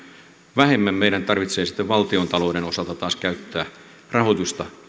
vähemmän meidän tarvitsee sitten valtiontalouden osalta käyttää rahoitusta